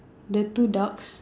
the two ducks